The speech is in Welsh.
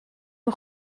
nhw